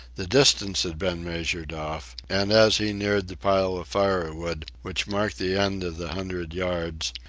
the distance had been measured off, and as he neared the pile of firewood which marked the end of the hundred yards,